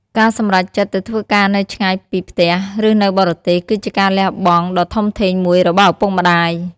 ការសម្រេចចិត្តទៅធ្វើការនៅឆ្ងាយពីផ្ទះ ឬនៅបរទេស គឺជាការលះបង់ដ៏ធំធេងមួយរបស់ឪពុកម្ដាយ។